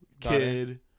kid